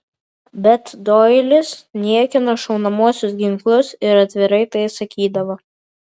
bet doilis niekino šaunamuosius ginklus ir atvirai tai sakydavo